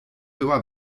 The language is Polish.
była